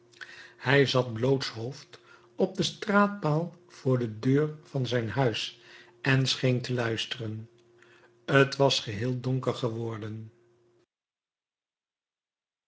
hij zat blootshoofds op den straatpaal voor de deur van zijn huis en scheen te luisteren t was geheel donker geworden